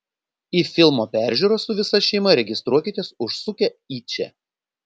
į filmo peržiūrą su visa šeima registruokitės užsukę į čia